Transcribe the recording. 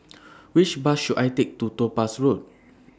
Which Bus should I Take to Topaz Road